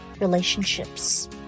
relationships